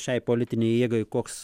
šiai politinei jėgai koks